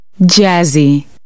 jazzy